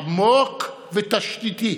עמוק ותשתיתי.